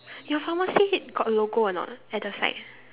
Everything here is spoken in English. your pharmacy head got logo or not at the side